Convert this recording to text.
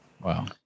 Wow